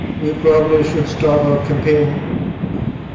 we probably should start our campaign